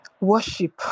worship